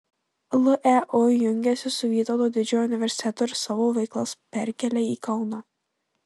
leu jungiasi su vytauto didžiojo universitetu ir savo veiklas perkelia į kauną